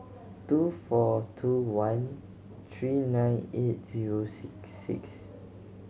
two four two one three nine eight zero six six